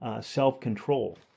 self-control